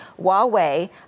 Huawei